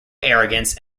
arrogance